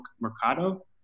Mercado